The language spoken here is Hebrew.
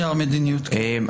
נייר מדיניות, כן.